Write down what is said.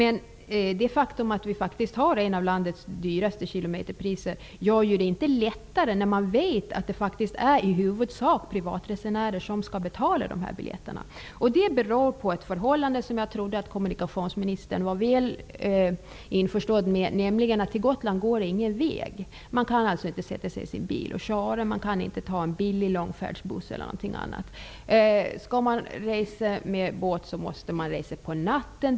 Men det faktum att vi har ett av landets högsta kilometerpriser gör det inte lättare när man vet att det huvudsakligen är privatresenärer som skall betala biljetterna. Detta beror på ett förhållande som jag trodde att kommunikationsministern var väl införstådd med, nämligen att det inte går någon väg till Gotland. Man kan alltså inte sätta sig i sin bil och köra och man kan inte ta en billig långfärdsbuss eller någonting annat. Om man skall resa med båt måste man resa på natten.